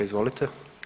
Izvolite.